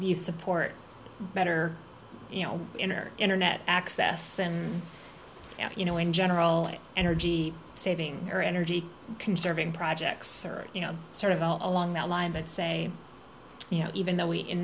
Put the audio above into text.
you support better you know inner internet access and you know in general energy saving or energy conserving projects or you know sort of all along that line but say you know even though we in